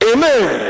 Amen